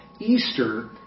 Easter